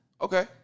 Okay